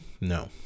No